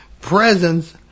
presence